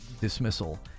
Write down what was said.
dismissal